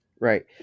Right